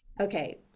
Okay